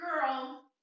Girl